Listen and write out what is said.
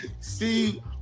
see